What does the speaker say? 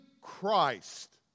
Christ